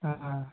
ᱦᱩᱸ